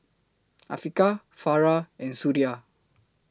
Afiqah Farah and Suria